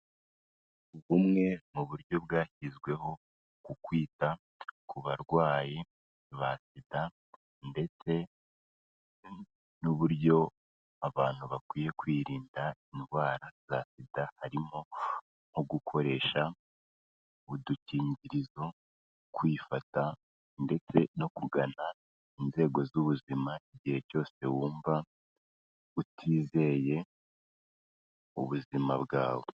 Bumwe mu buryo bwashyizweho ku kwita ku barwayi ba SIDA, ndetse n'uburyo abantu bakwiye kwirinda indwara za SIDA harimo nko gukoresha udukingirizo, kwifata ndetse no kugana inzego z'ubuzima igihe cyose wumva utizeye ubuzima bwawe.